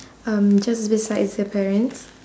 um just besides the parents